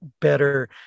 better